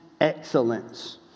excellence